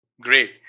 Great